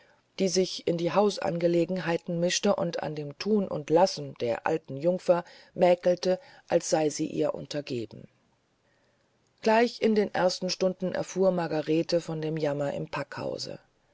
die sich in die hausangelegenheiten mischte und an dem thun und lassen der alten jungfer mäkelte als sei sie ihr untergeben gleich in der ersten stunde erfuhr margarete von dem jammer im packhause